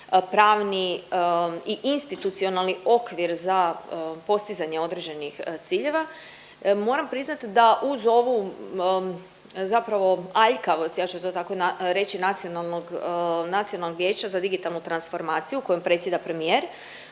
pravni i institucionalni okvir za postizanje određenih ciljeva moram priznat da uz ovu zapravo aljkavost, ja ću to tako reći, Nacionalnog vijeća za digitalnu transformaciju kojom predsjeda premijer,